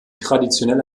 traditionell